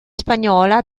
spagnola